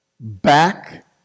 back